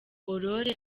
aurore